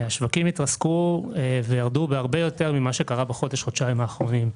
השווקים התרסקו וירדו בהרבה יותר ממה שקרה בחודש חודשיים האחרונים.